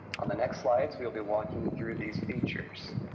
on the next slides, we will be walking through these features.